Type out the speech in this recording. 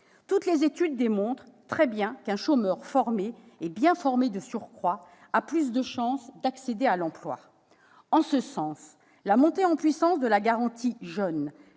Toutes les études démontrent très bien qu'un chômeur formé, et de surcroît bien formé, a plus de chances d'accéder à l'emploi. En ce sens, la montée en puissance de la garantie jeunes,